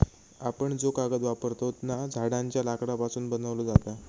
आपण जो कागद वापरतव ना, झाडांच्या लाकडापासून बनवलो जाता